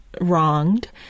wronged